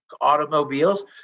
automobiles